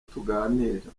tuganira